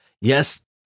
yes